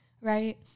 right